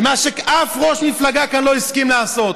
מה שאף ראש מפלגה כאן לא הסכימה לעשות: